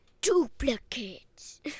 Duplicates